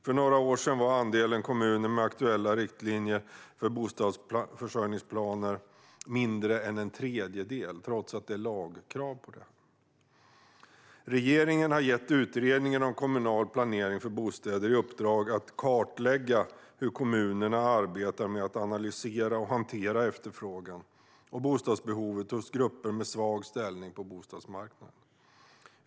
För några år sedan var andelen kommuner med aktuella riktlinjer för bostadsförsörjningsplaner mindre än en tredjedel, trots att det är lagkrav på det. Regeringen har gett Utredningen om kommunal planering för bostäder i uppdrag att kartlägga hur kommunerna arbetar med att analysera och hantera efterfrågan och bostadsbehovet hos grupper med svag ställning på bostadsmarknaden.